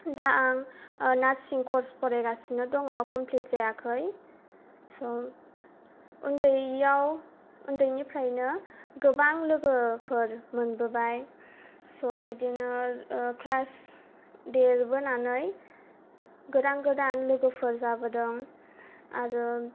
दा आं nursing course फरायगासिनो दङ कमप्लिट जायाखै स' उन्दैयाव उन्दैनिफ्रायनो गोबां लोगोफोर मोनबोबाय स' बिदिनो क्लास देरबोनानै गोदान गोदान लोगोफोर जाबोदों आरो